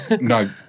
No